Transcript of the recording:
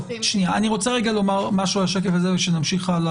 אני רוצה רגע לומר משהו השקף הזה ונמשיך הלאה.